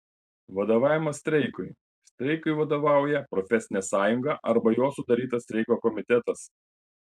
vadovavimas streikui streikui vadovauja profesinė sąjunga arba jos sudarytas streiko komitetas